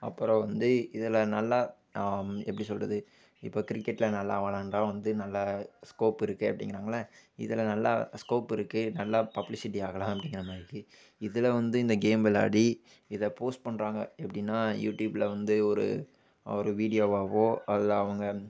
அப்புறம் வந்து இதில் நல்லா நாம் எப்படி சொல்லுறது இப்போ க்ரிக்கெட்டில் நல்லா விளாயாண்டா வந்து நல்ல ஸ்கோப்பு இருக்குது அப்படிங்கிறாங்கள இதில் நல்லா ஸ்கோப்பு இருக்குது நல்ல பப்பிலிசிட்டி ஆகலாம் அப்படிங்கற மாதிரி இருக்குது இதில் வந்து இந்த கேம் விளாயாடி இதை போஸ்ட் பண்ணுறாங்க எப்படின்னா யூடியூப்பில் வந்து ஒரு ஒரு வீடியோவாகவோ அல்ல அவங்க